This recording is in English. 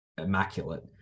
immaculate